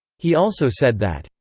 he also said that,